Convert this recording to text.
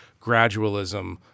gradualism